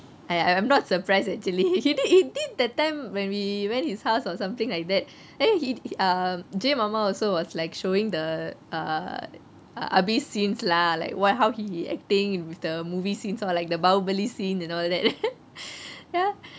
I I'm not surprised actually he did he did that time when we went his house or something like that then he um james mama also was like showing the err abi's scenes lah like why how he acting with the movie scene some of like the பாகுபலி:bahubali scene and all that